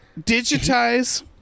digitize